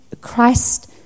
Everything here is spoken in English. Christ